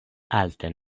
alten